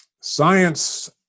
Science